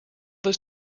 this